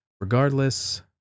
regardless